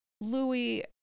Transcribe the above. Louis